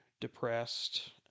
depressed